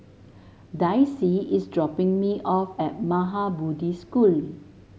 Dicy is dropping me off at Maha Bodhi School